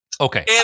Okay